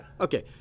Okay